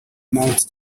mount